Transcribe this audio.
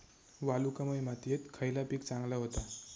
वालुकामय मातयेत खयला पीक चांगला होता?